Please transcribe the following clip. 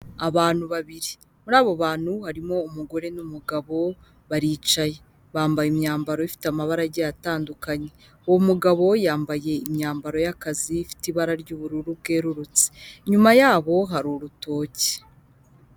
Abantu babiri, muri abo bantu harimo umugore n'umugabo baricaye, bambaye imyambaro ifite amabara agiye atandukanye, uwo mugabo yambaye imyambaro y'akazi ifite ibara ry'ubururu bwerurutse, inyuma yaho hari urutoki.